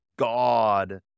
God